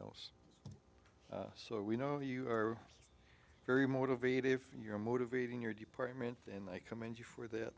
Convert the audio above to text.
else so we know you are very motivated if you're motivating your department and i commend you for that